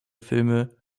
filme